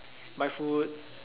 buy food